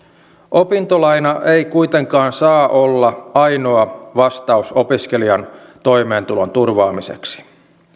opintolaina ei kuitenkaan saa olla ainoa vastaus opiskelijan toimeentulon turvaamiseksi